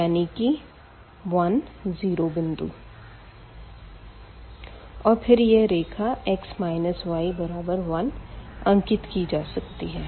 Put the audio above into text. यानी कि 10 बिंदु और फिर यह रेखा x y1 अंकित की जा सकती है